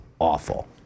awful